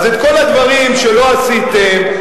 אז את כל הדברים שלא עשיתם,